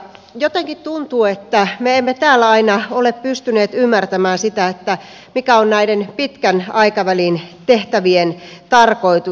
jotenkin tuntuu että me emme täällä aina ole pystyneet ymmärtämään sitä mikä on näiden pitkän aikavälin tehtävien tarkoitus